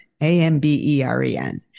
A-M-B-E-R-E-N